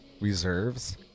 reserves